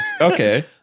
Okay